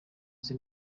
nzi